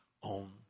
on